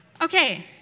Okay